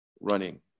running